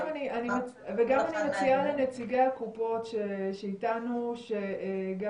וגם אני מציעה לנציגי הקופות שאיתנו שגם